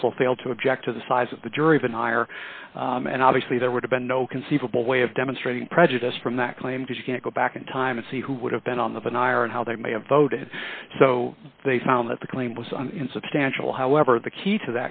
counsel failed to object to the size of the jury even higher and obviously there would have been no conceivable way of demonstrating prejudice from that claim because you can't go back in time and see who would have been on of an i r and how they may have voted so they found that the claim was insubstantial however the key to